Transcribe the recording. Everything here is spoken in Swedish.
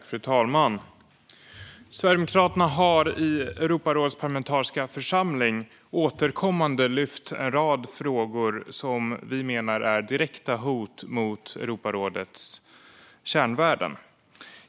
Fru talman! Sverigedemokraterna har i Europarådets parlamentariska församling återkommande lyft en rad frågor som vi menar är direkta hot mot Europarådets kärnvärden.